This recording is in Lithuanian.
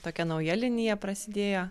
tokia nauja linija prasidėjo